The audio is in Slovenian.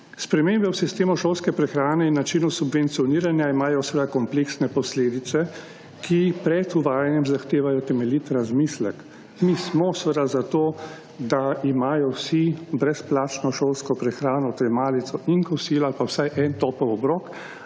Spremembe v sistemu šolske prehrane in načinu subvencioniranja imajo seveda kompleksne posledice, ki pred uvajanjem zahtevajo temeljit razmislek. Mi smo seveda za to, da imajo vsi brezplačno šolsko prehrano ter malico in kosilo, pa vsaj en topel obrok,